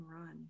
run